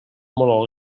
molt